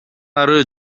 ары